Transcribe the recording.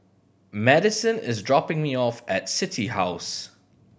Madyson is dropping me off at City House